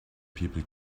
people